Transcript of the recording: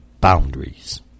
boundaries